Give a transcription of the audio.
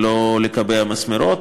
ולא לקבע מסמרות,